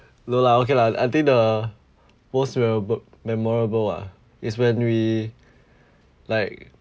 no lah okay lah I think the most memorable memorable ah it's when we like